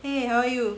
!hey! how are you